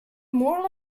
more